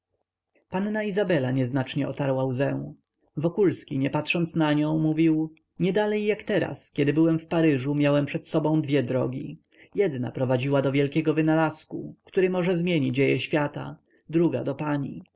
panna izabela nieznacznie otarła łzę wokulski nie patrząc na nią mówił niedalej jak teraz kiedy byłem w paryżu miałem przed sobą dwie drogi jedna prowadzi do wielkiego wynalazku który może zmieni dzieje świata druga do pani